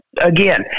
again